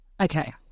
Okay